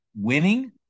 winning